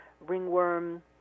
ringworm